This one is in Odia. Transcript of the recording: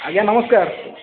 ଆଜ୍ଞା ନମସ୍କାର